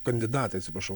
kandidatai atsiprašau